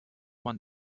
man